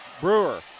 Brewer